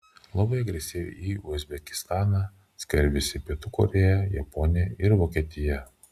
labai agresyviai į uzbekistaną skverbiasi pietų korėja japonija ir vokietija